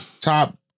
top